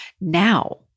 now